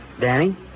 Danny